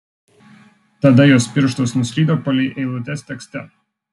tada jos pirštas nuslydo palei eilutes tekste